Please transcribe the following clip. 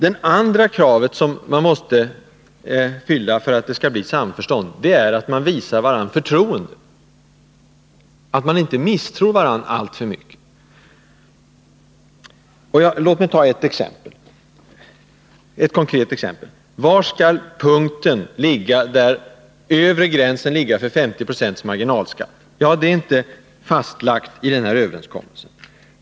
Det andra kravet som man måste uppfylla för att det skall bli samförstånd är att vi visar varandra förtroende — att vi inte misstror varandra alltför mycket. Låt mig ta ett konkret exempel. Var skall den övre inkomstgränsen ligga för 50 96 marginalskatt? Det är inte fastlagt i överenskommelsen.